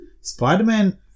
Spider-Man